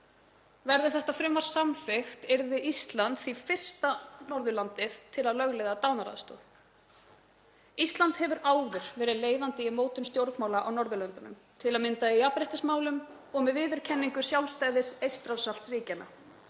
Verði þetta frumvarp samþykkt yrði Ísland því fyrsta Norðurlandið til að lögleiða dánaraðstoð. Ísland hefur áður verið leiðandi í mótun stjórnmála á Norðurlöndunum, til að mynda í jafnréttismálum og með viðurkenningu sjálfstæðis Eystrasaltsríkjanna.